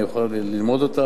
אני אוכל ללמוד אותה,